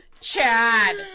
Chad